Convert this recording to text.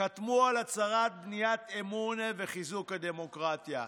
חתמו על הצהרת בניית אמון וחיזוק הדמוקרטיה.